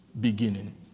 beginning